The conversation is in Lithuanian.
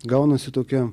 gaunasi tokia